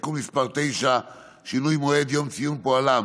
(תיקון מס' 9) (שינוי מועד יום ציון פועלם